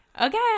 okay